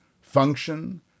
function